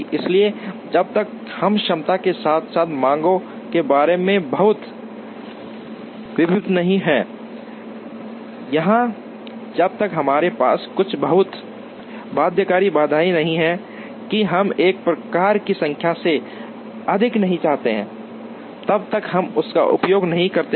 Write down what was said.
इसलिए जब तक हम क्षमताओं के साथ साथ मांगों के बारे में बहुत निश्चित नहीं हैं या जब तक हमारे पास कुछ बहुत बाध्यकारी बाधाएं नहीं हैं कि हम एक प्रकार की संख्या से अधिक नहीं चाहते हैं तब तक हम इसका उपयोग नहीं करते हैं